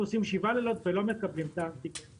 עושים שבעה לילות ולא מקבלים את האנטיגן.